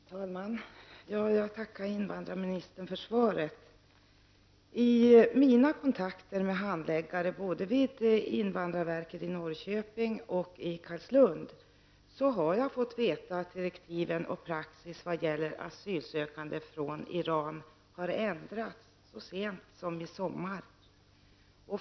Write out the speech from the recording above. Herr talman! Jag tackar invandrarministern för svaret på min fråga. I mina kontakter med handläggare både på invandrarverket i Norrköping och vid mottagningscentret i Carlslund har jag fått veta att direktiv och praxis vad gäller asylsökande från Iran har ändrats så sent som i somras.